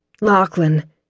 Lachlan